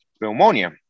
pneumonia